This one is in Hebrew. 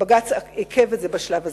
בג"ץ עיכב את זה בשלב הזה.